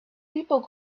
people